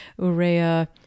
Urea